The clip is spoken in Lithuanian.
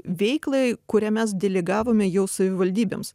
veiklai kurią mes delegavome jau savivaldybėms